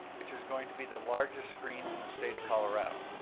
which is going to be the largest screen in the state of colorado.